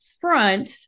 front